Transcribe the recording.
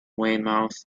weymouth